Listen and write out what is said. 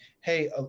Hey